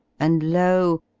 and lo!